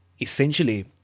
essentially